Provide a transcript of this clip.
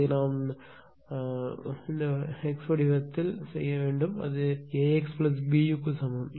இதை நாம் x the வடிவத்தில் செய்ய வேண்டும் அது AxBu க்கு சமம்